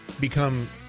become